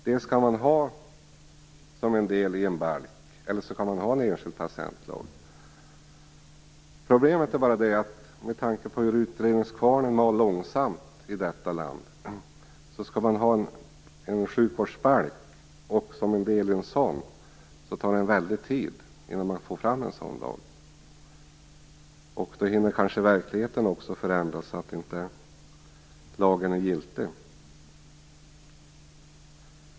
Dels kan man ha lagen som en del i en balk, eller också kan man ha en enskild patientlag. Problemet är bara att utredningskvarnen mal långsamt i detta land. Skall man ha en sjukvårdsbalk och en patientlag som en del i en sådan tar det en väldig tid innan man får fram den. Då hinner kanske verkligheten förändras så att inte lagen är giltig.